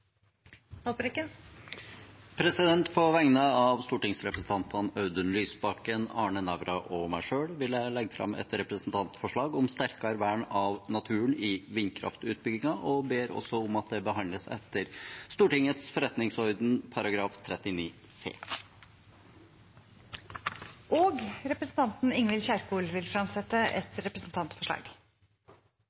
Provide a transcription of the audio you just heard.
På vegne av stortingsrepresentantene Audun Lysbakken, Arne Nævra og meg selv vil jeg legge fram et representantforslag om sterkere vern av naturen i vindkraftutbygginger. Jeg ber om at det behandles etter Stortingets forretningsorden § 39 c. Representanten Ingvild Kjerkol vil fremsette et representantforslag.